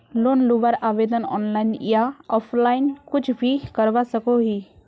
Loan लुबार आवेदन online या ऑफलाइन कुछ भी करवा सकोहो ही?